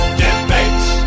debates